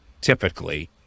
typically